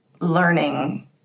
learning